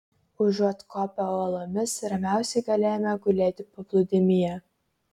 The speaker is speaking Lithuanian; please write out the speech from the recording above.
užuot kopę uolomis ramiausiai galėjome gulėti paplūdimyje